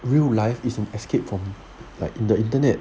real life is an escape from like in the internet